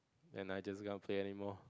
and I just gonna to play anymore